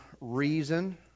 reason